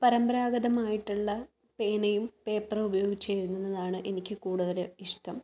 പരമ്പരാഗതമായിട്ടുള്ള പേനയും പേപ്പറും ഉപയോഗിച്ച് എഴുതുന്നതാണ് എനിക്ക് കൂടുതൽ ഇഷ്ടം